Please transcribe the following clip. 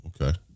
okay